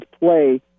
play